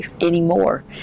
anymore